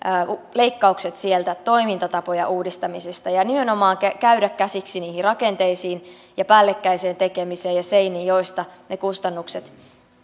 leikkaukset sieltä toimintatapojen uudistamisesta ja nimenomaan käydä käsiksi niihin rakenteisiin ja päällekkäiseen tekemiseen ja seiniin joista ne kustannukset